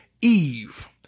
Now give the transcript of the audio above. Eve